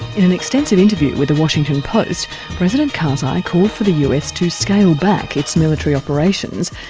in an extensive interview with the washington post president karzai called for the us to scale back its military operations,